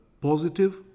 positive